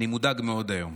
אני מודאג מאוד היום.